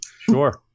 Sure